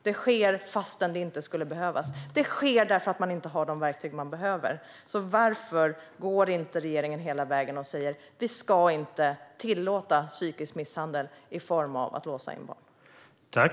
Det sker fastän det inte skulle behövas, och det sker därför att de verktyg som behövs inte finns. Varför går inte regeringen hela vägen och säger att psykisk misshandel av barn i form av inlåsning inte ska tillåtas?